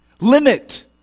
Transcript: Limit